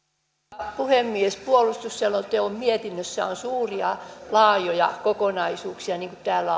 arvoisa puhemies puolustusselonteon mietinnössä on suuria laajoja kokonaisuuksia niin kuin täällä